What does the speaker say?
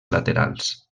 laterals